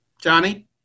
Johnny